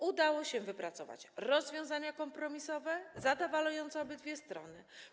Udało się wypracować rozwiązania kompromisowe, zadowalające obydwie strony.